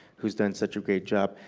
who has done such a great job.